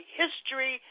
history